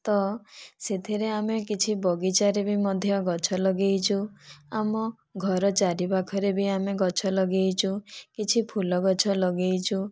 ତ ସେଥିରେ ଆମେ କିଛି ବଗିଚାରେ ବି ମଧ୍ୟ ଗଛ ଲଗେଇଛୁ ଆମ ଘର ଚାରିପାଖରେ ବି ଆମେ ଗଛ ଲଗେଇଛୁ କିଛି ଫୁଲ ଗଛ ଲଗେଇଛୁ